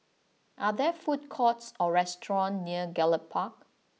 are there food courts or restaurants near Gallop Park